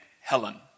Helen